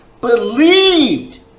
believed